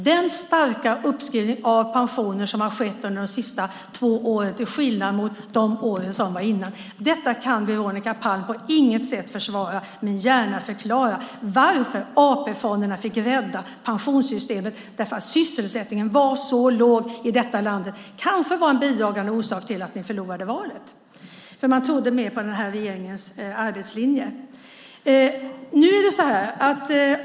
Den starka uppskrivning av pensionerna som har skett de sista två åren jämfört med åren innan kan Veronica Palm på inget sätt försvara men gärna förklara. AP-fonderna fick rädda pensionssystemet därför att sysselsättningen var så låg i vårt land. Det kanske var en bidragande orsak till att ni förlorade valet. Man trodde mer på alliansens arbetslinje.